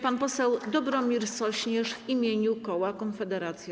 Pan poseł Dobromir Sośnierz w imieniu koła Konfederacja.